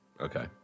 okay